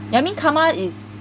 I mean karma is